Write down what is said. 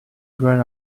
grey